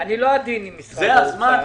אני לא עדין עם משרד האוצר.